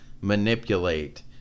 manipulate